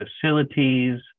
facilities